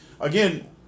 again